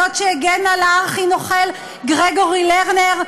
זאת שהגנה על הארכי-נוכל גרגורי לרנר,